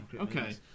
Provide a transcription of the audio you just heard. okay